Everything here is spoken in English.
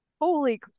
holy